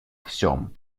всем